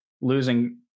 losing –